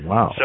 Wow